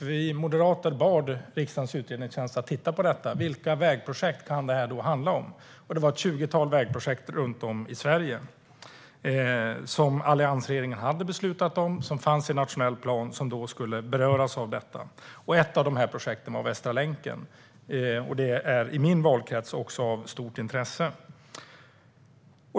Vi moderater bad riksdagens utredningstjänst att titta på vilka vägprojekt det kunde handla om. Det var ett tjugotal vägprojekt runt om i Sverige som alliansregeringen hade beslutat om, som fanns i nationell plan och som skulle beröras av detta. Ett av de projekten var Västra länken. Det är i min valkrets av stort intresse.